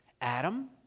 adam